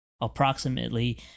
approximately